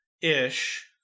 Ish